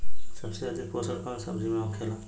सबसे अधिक पोषण कवन सब्जी में होखेला?